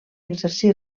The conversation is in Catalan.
exercí